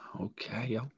Okay